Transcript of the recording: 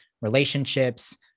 relationships